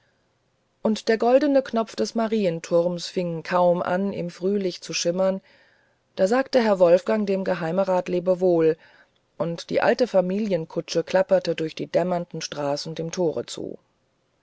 und der goldne knopf des marienturms fing kaum an im frühlicht zu schimmern da sagte herr wolfgang dem geheimerat lebewohl und die alte familienkutsche klapperte durch die dämmernden straßen dem tore zu